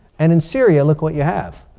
and in syria, look, what you have.